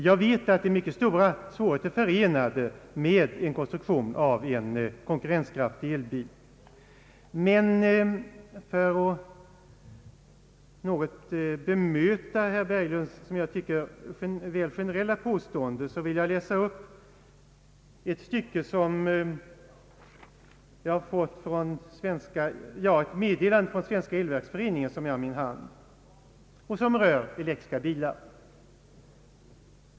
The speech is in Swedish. Jag vet att mycket stora svårigheter är förenade med konstruktionen av en konkurrenskraftig elbil. Men för att något bemöta herr Berglunds, som jag tycker, väl generella påstående vill jag läsa upp ett meddelande som jag har fått från Svenska elverksföreningen och som rör elektriska bilar.